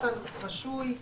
מחסן רשוי,